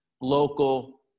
local